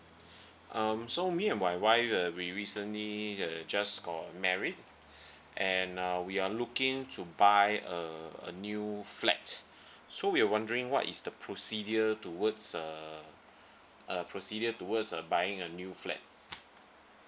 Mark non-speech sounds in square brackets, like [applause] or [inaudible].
[breath] um so me and my wife uh we recently uh just got married [breath] and uh we are looking to buy a a new flat [breath] so we are wondering what is the procedure towards err [breath] a procedure towards uh buying a new flat